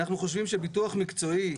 אנחנו חושבים שביטוח מקצועי,